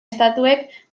estatuek